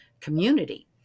community